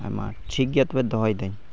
ᱦᱮᱸ ᱢᱟ ᱴᱷᱤᱠ ᱜᱮᱭᱟ ᱛᱚᱵᱮ ᱫᱚᱦᱚᱭ ᱫᱟᱹᱧ